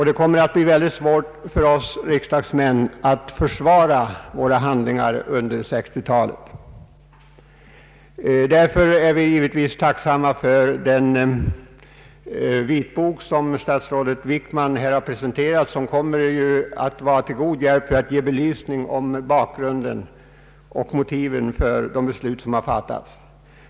Det kommer att bli mycket svårt för oss riksdagsmän att försvara vårt handlande under 1960-talet. Därför är vi givetvis tacksamma för den vitbok som statsrådet Wickman nu har presenterat och som kommer att ge belysning av bakgrunden och motiven för de beslut som har fattats.